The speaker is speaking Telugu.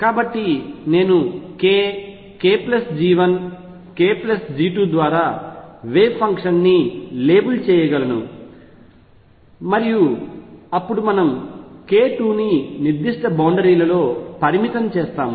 కాబట్టి నేను k kG1 kG2 ద్వారా వేవ్ ఫంక్షన్ ని లేబుల్ చేయగలను మరియు అప్పుడు మనము k 2 ని నిర్దిష్ట బౌండరీలలో పరిమితం చేస్తాము